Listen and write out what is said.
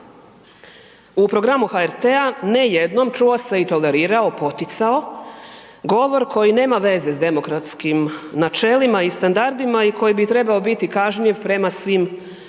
U programu HRT-a ne jednom čuo se i tolerirao, poticao govor koji nema veze s demokratskim načelima i standardima i koji bi trebao biti kažnjiv prema svim uzusima,